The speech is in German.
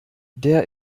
der